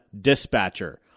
dispatcher